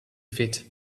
fit